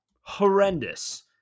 horrendous